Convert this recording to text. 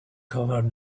cover